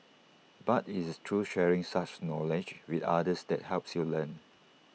but IT is through sharing such knowledge with others that helps you learn